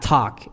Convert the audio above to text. Talk